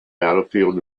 battlefield